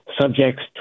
subjects